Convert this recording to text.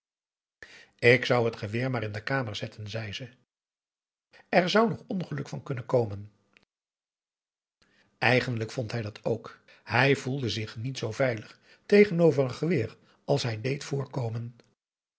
ik zou het geweer maar in de kamer zetten zei ze er zou nog ongeluk van kunnen komen eigenlijk vond hij dat ook hij voelde zich niet zoo veilig tegenover een geweer als hij deed voorkomen